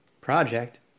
project